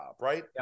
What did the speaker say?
right